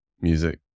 music